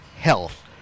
health